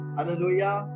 Hallelujah